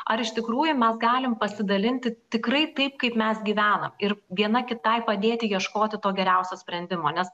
ar iš tikrųjų mes galim pasidalinti tikrai taip kaip mes gyvenam ir viena kitai padėti ieškoti to geriausio sprendimo nes